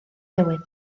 newydd